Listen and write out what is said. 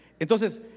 Entonces